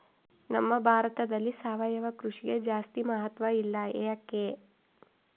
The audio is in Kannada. ನಮ್ಮ ಭಾರತದಲ್ಲಿ ಸಾವಯವ ಕೃಷಿಗೆ ಜಾಸ್ತಿ ಮಹತ್ವ ಇಲ್ಲ ಯಾಕೆ?